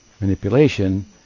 manipulation